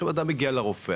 עכשיו אדם מגיע אל הרופא,